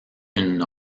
une